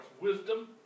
Wisdom